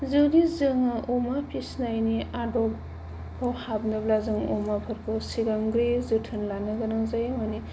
जुदि जोङो अमा फिसिनायनि आदबफोराव हाबनोब्ला जों अमाफोरखौ सिगांनिफ्रायनो जोथोन लानो गोनां जायो माने